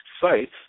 sites